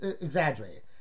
exaggerated